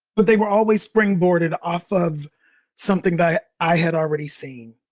but they were always spring boarded off of something that i i had already seen.